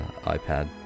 iPad